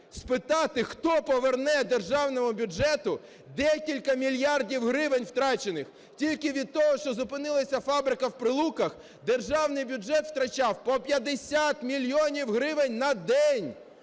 спитати, хто поверне державному бюджету декілька мільярдів гривень втрачених. Тільки від того, що зупинилась фабрика в Прилуках, державний бюджет втрачав по 50 мільйонів гривень на день.